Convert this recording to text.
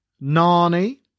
Nani